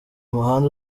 muhanda